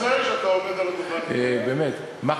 מכלוף באמת?